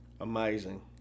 Amazing